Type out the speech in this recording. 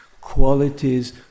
qualities